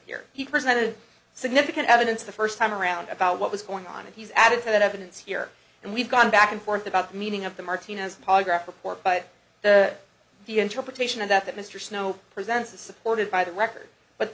here he presented significant evidence the first time around about what was going on and he's added to that evidence here and we've gone back and forth about the meaning of the martinez polygraph report but the the interpretation of that that mr snow presents is supported by the record but